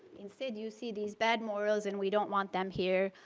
instead, you see these bad morals and we don't want them here.